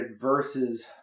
versus